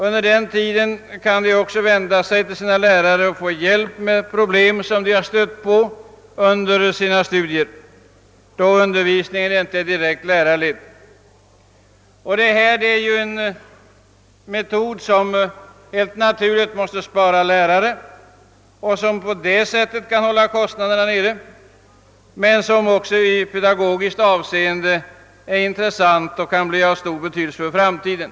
Under den tiden kan de också vända sig till sina lärare och få hjälp med problem som de stött på under studierna, även då undervisningen inte är direkt lärarledd. Detta är en metod som helt naturligt måste spara lärare och som därmed kan hålla : kostnaderna nere, men metoden är också intressant i pedagogiskt avseende och kan bli av stor betydelse för framtiden.